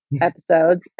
episodes